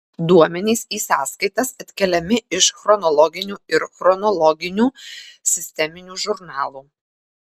duomenys į sąskaitas atkeliami iš chronologinių ir chronologinių sisteminių žurnalų